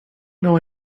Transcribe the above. know